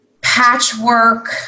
patchwork